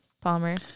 Palmer